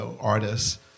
artists